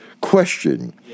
question